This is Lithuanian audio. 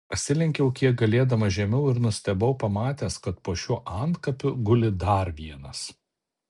pasilenkiau kiek galėdamas žemiau ir nustebau pamatęs kad po šiuo antkapiu guli dar vienas